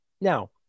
Now